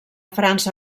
frança